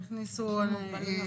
לאנשים עם מוגבלויות.